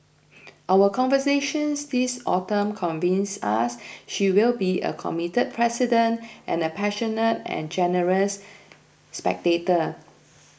our conversations this autumn convince us she will be a committed president and a passionate and generous spectator